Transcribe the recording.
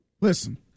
listen